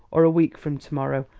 or a week from to-morrow,